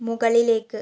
മുകളിലേക്ക്